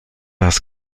das